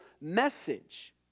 message